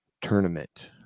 tournament